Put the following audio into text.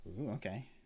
okay